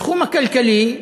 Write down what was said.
בתחום הכלכלי,